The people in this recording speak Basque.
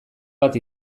bat